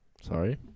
Sorry